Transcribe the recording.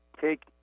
take